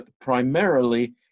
primarily